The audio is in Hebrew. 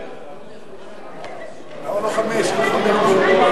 שלוש דקות.